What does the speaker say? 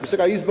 Wysoka Izbo!